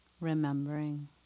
remembering